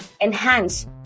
enhance